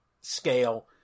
scale